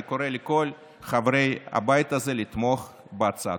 אני קורא לכל חברי הבית לתמוך בהצעה.